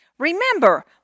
Remember